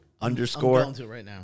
Underscore